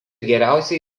geriausiai